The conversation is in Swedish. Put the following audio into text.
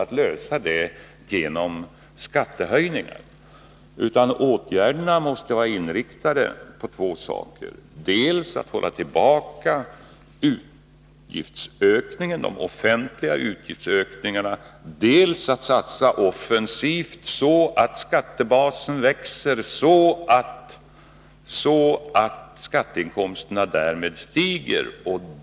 Åtgärderna måste i stället vara inriktade på två saker, nämligen dels att hålla tillbaka de offentliga utgiftsökningarna, dels att satsa offensivt, så att skattebasen växer och skatteinkomsterna stiger.